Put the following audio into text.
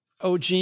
OG